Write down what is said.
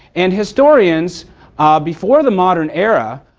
and historians before the modern era,